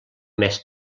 més